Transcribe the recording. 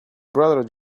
brother